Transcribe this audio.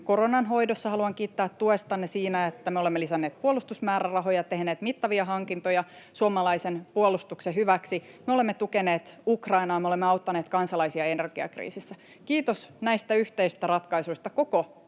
koronan hoidossa ja haluan kiittää tuestanne siinä, että me olemme lisänneet puolustusmäärärahoja ja tehneet mittavia hankintoja suomalaisen puolustuksen hyväksi — me olemme tukeneet Ukrainaa ja me olemme auttaneet kansalaisia energiakriisissä. Kiitos näistä yhteisistä ratkaisuista koko